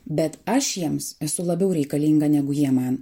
bet aš jiems esu labiau reikalinga negu jie man